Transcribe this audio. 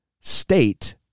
state